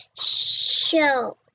show